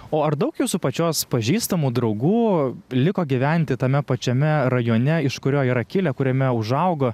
o ar daug jūsų pačios pažįstamų draugų liko gyventi tame pačiame rajone iš kurio yra kilę kuriame užaugo